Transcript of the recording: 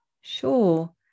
sure